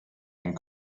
ein